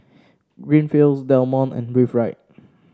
Greenfields Del Monte and Breathe Right